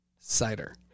Cider